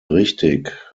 richtig